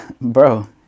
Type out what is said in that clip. bro